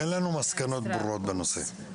אין לנו מסקנות ברורות בנושא.